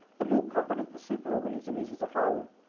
the more competent the superorganism is as a whole,